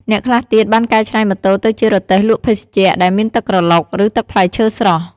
អ្នកខ្លះទៀតបានកែច្នៃម៉ូតូទៅជា រទេះលក់ភេសជ្ជៈ ដែលមានទឹកក្រឡុក ឬទឹកផ្លែឈើស្រស់។